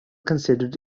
considered